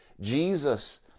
jesus